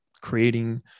creating